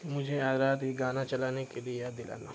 مجھے آج رات یہ گانا چلانے کے لیے یاد دلانا